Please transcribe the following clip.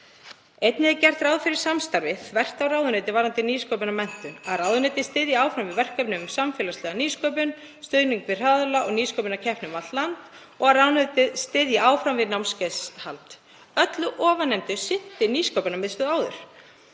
Einnig er gert ráð fyrir samstarfi þvert á ráðuneyti varðandi nýsköpunarmenntun, að ráðuneytið styðji áfram við verkefni um samfélagslega nýsköpun, stuðning við hraðla og nýsköpunarkeppni um allt land og að ráðuneytið styðji áfram við námskeiðshald. Öllu ofannefndu sinnti Nýsköpunarmiðstöð áður.